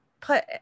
put